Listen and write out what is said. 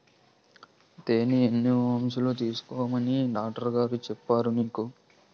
తేనె ఎన్ని ఔన్సులు తీసుకోమని డాక్టరుగారు చెప్పారు నీకు